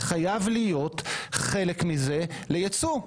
זה חייב להיות חלק מזה ליצוא.